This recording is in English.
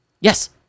Yes